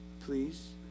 Please